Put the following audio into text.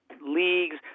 leagues